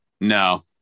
No